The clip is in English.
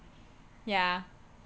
ya